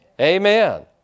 Amen